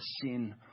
sin